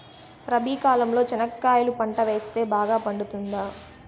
రబి కాలంలో చెనక్కాయలు పంట వేస్తే బాగా పండుతుందా?